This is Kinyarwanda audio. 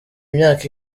imyaka